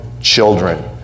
children